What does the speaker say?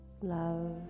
love